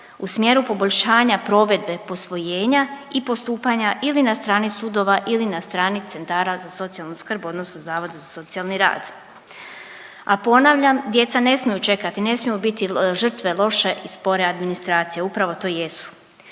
u smjeru poboljšanja provedbe posvojenja i postupanja ili na strani sudova ili na strani centara za socijalnu skrb odnosno Zavod za socijalni rad. A ponavljam djeca ne smiju čekati, ne smije biti žrtve loše i spore administracije upravo to i jesu.